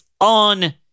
on